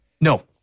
No